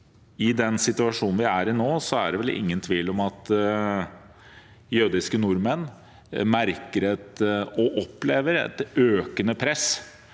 I den situasjonen vi er i nå, er det vel ingen tvil om at jødiske nordmenn merker og opplever et økende press